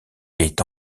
est